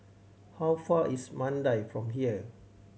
how far is Mandai from here